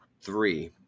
three